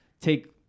take